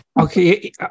Okay